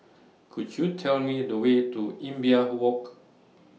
Could YOU Tell Me The Way to Imbiah Walk